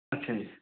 ਅੱਛਾ ਜੀ